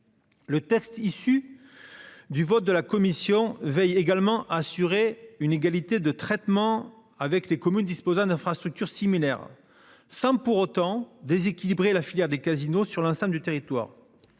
Le texte issu. Du vote de la commission veille également assurer une égalité de traitement avec les communes disposant d'infrastructures similaires sans pour autant déséquilibrer la filière des casinos sur l'ensemble du territoire.